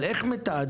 אבל איך מתעדפים?